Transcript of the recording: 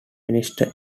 minister